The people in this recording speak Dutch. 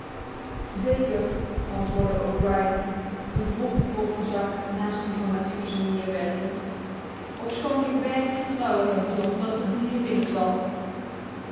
zeker antwoordde o'brien een volgepropte zak naast die van matthewson neerwerpend ofschoon ik weinig vertrouwen heb john dat het dier zal